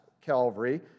Calvary